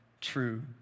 true